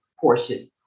portion